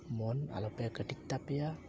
ᱢᱚᱱ ᱟᱞᱚᱯᱮ ᱞᱟᱹᱴᱤᱡ ᱛᱟᱯᱮᱭᱟ